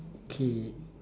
okay